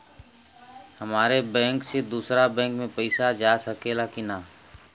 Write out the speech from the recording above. हमारे बैंक से दूसरा बैंक में पैसा जा सकेला की ना?